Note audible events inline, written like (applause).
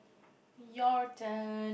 (noise) your turn